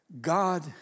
God